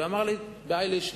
הוא אמר לי בהאי לישנא: